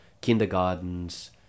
kindergartens